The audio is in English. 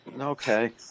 Okay